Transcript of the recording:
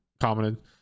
commented